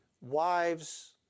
wives